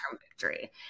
victory